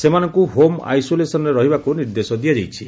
ସେମାନଙ୍କୁ ହୋମ୍ ଆଇସୋଲେସନରେ ରହିବାକୁ ନିର୍ଦ୍ଦେଶ ଦିଆଯାଇଛି